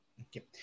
Okay